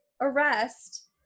arrest